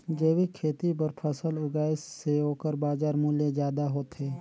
जैविक खेती बर फसल उगाए से ओकर बाजार मूल्य ज्यादा होथे